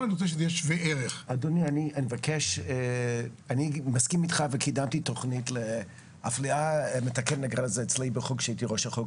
אני מסכים איתך וקידמתי תוכנית לאפליה מתקנת כשהייתי ראש החוג,